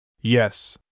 Yes